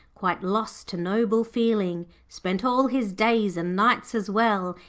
quite lost to noble feeling, spent all his days, and nights as well,